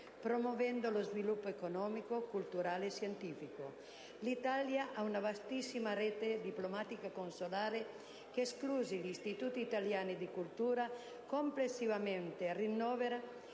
promuovendo lo sviluppo economico, culturale e scientifico. L'Italia ha una vastissima rete diplomatico-consolare che, esclusi gli istituti italiani di cultura, complessivamente annovera